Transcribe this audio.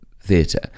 theatre